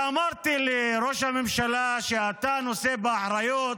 ואמרתי לראש הממשלה, אתה נושא באחריות,